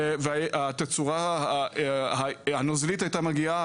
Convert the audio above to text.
והתצורה הנוזלית הייתה מגיעה,